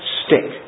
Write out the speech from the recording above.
stick